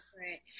Right